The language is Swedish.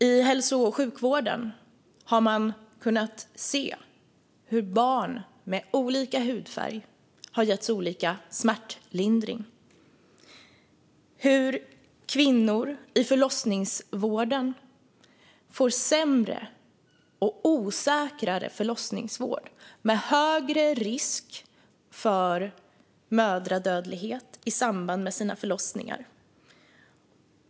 I hälso och sjukvården har man kunnat se hur barn med olika hudfärg har getts olika smärtlindring och hur kvinnor i förlossningsvården har fått sämre och mer osäker förlossningsvård med högre risk för mödradödlighet i samband med förlossningen.